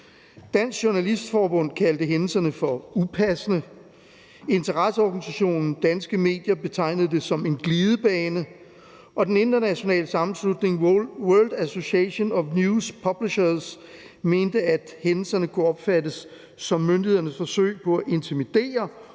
Dansk Journalistforbund kaldte hændelserne for upassende, interesseorganisationen Danske Medier betegnede det som en glidebane, og den internationale sammenslutning World Association of Newspapers and News Publishers mente, at hændelserne kunne opfattes som myndighedernes forsøg på at intimidere